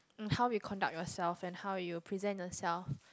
mm how we conduct yourself and how you present yourself